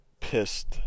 pissed